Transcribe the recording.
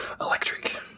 electric